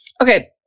Okay